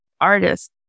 artist